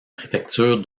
préfecture